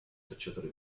cacciatore